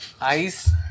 Ice